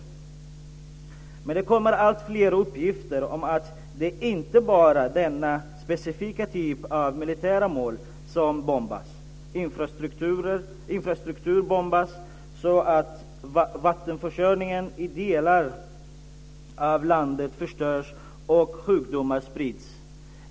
Men det kommer alltfler uppgifter om att det inte bara är denna specifika typ av militära mål som bombas. Infrastruktur bombas så att vattenförsörjningen i delar av landet förstörs och sjukdomar sprids.